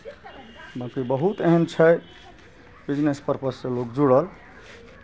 बाँकी बहुत एहन छै बिजनेस परपससँ लोक जुड़ल